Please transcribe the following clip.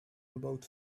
about